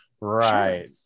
Right